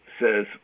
says